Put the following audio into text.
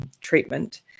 treatment